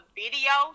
video